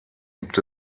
gibt